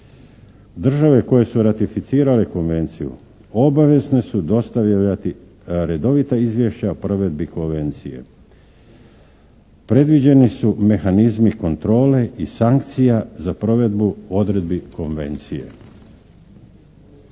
Države koje su ratificirale Konvenciju obavezne su dostavljati redovita izvješća o provedbi Konvencije. Predviđeni su mehanizmi kontrole i sankcija za provedbu odredbi Konvencije.